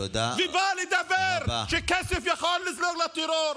ובא לומר שכסף יכול לזלוג לטרור.